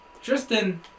Tristan